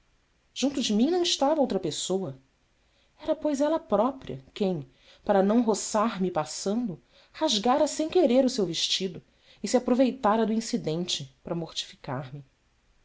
junto de mim não estava outra pessoa era pois ela própria quem para não roçar me passando rasgara sem querer o seu vestido e se aproveitara do incidente para mortificar me